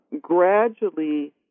gradually